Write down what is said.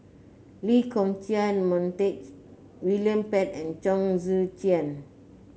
Lee Kong Chian Montague William Pett and Chong Tze Chien